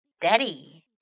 Daddy